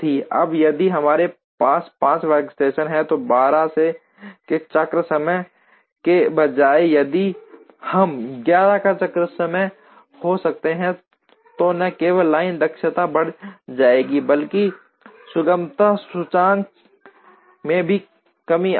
अब यदि हमारे पास 5 वर्कस्टेशन हैं और 12 के चक्र समय के बजाय यदि हम 11 का चक्र समय हो सकते हैं तो न केवल लाइन दक्षता बढ़ जाएगी बल्कि सुगमता सूचकांक में भी कमी आएगी